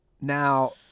Now